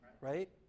right